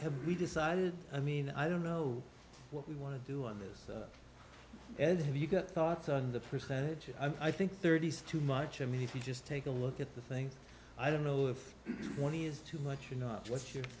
have we decided i mean i don't know what we want to do on this and have you got thoughts on the percentages i think thirty's too much i mean if you just take a look at the things i don't know if one is too much you know what's your